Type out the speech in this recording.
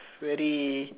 very